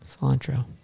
Cilantro